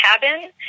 cabin